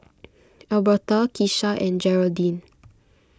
Albertha Kisha and Gearldine